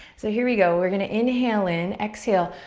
so here we go. we're gonna inhale in, exhale.